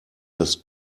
das